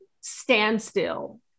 standstill